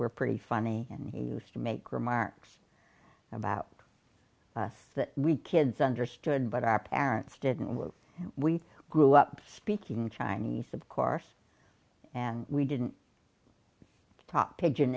were pretty funny and he used to make remarks about us that we kids understood but our parents didn't we grew up speaking chinese of course and we didn't talk pi